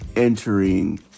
entering